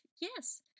Yes